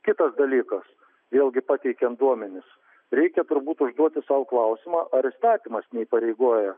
kitas dalykas vėlgi pateikiant duomenis reikia turbūt užduoti sau klausimą ar įstatymas neįpareigoja